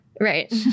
Right